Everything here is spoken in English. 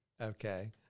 Okay